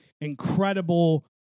incredible